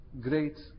great